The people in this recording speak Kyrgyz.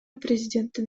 президенттин